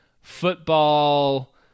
football